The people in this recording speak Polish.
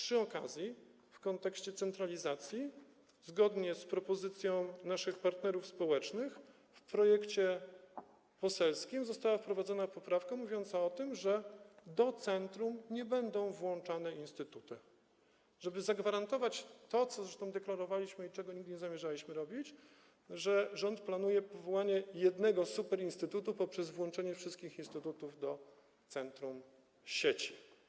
Przy okazji w kontekście centralizacji zgodnie z propozycją naszych partnerów społecznych w projekcie poselskim została wprowadzona poprawka mówiąca o tym, że do centrum nie będą włączane instytuty, żeby zagwarantować to, co zresztą deklarowaliśmy i czego nigdy nie zamierzaliśmy robić, żeby zagwarantować, że rząd nie planuje powołania jednego superinstytutu poprzez włączenie wszystkich instytutów do centrum sieci.